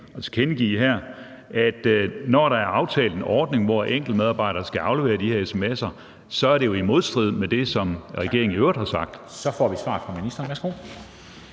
at når der er aftalt en ordning, hvor enkeltmedarbejdere skal aflevere de sms'er, så er det jo i modstrid med det, som regeringen i øvrigt har sagt? Kl. 15:15 Formanden